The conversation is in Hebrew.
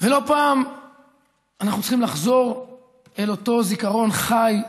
ולא פעם אנחנו צריכים לחזור אל אותו זיכרון חי,